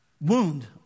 wound